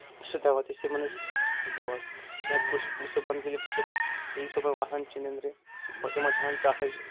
سُہ دوا تہِ چھِ تِمن أسۍ دِون یا کُش وُش صبحن ییٚلہِ تُمۍ ییٚلہِ صُبحَن وَتھان چھِ نِندرِ پَتہٕ یِمَن چھِ آسان ٹَٹھ ہجہِ